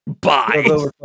bye